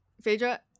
Phaedra